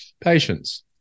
Patience